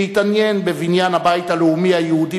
שהתעניין בבניין הבית הלאומי היהודי